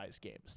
games